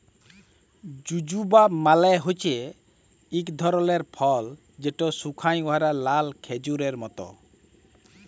জুজুবা মালে হছে ইক ধরলের ফল যেট শুকাঁয় যাউয়া লাল খেজুরের মত